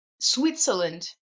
Switzerland